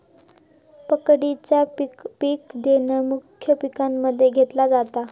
पकडीचा पिक दोन मुख्य पिकांमध्ये घेतला जाता